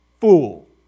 fool